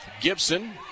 Gibson